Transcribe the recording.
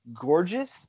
gorgeous